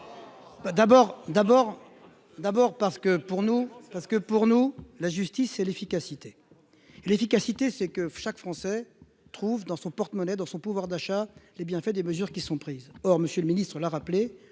nous, parce que pour nous, la justice et l'efficacité, l'efficacité, c'est que chaque Français trouvent dans son porte-monnaie dans son pouvoir d'achat, les bienfaits des mesures qui sont prises, or, Monsieur le Ministre, la rappelé